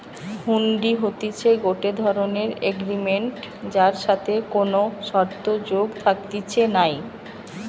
হুন্ডি হতিছে গটে ধরণের এগ্রিমেন্ট যার সাথে কোনো শর্ত যোগ থাকতিছে নাই